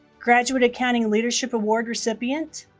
graduate accounting leadership award recipient